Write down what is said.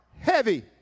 heavy